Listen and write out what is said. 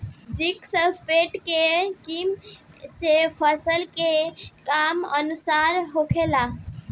Zinc sulphate के कमी से फसल के का नुकसान होला?